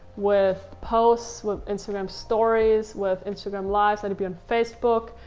with posts, with instagram stories, with instagram lives. let it be on facebook,